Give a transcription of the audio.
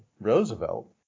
Roosevelt